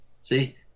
See